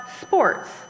sports